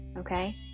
okay